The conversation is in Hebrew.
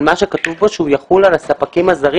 אבל מה שכתוב בו זה שהוא יחול על הספקים הזרים,